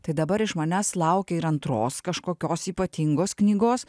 tai dabar iš manęs laukia ir antros kažkokios ypatingos knygos